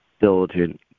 diligent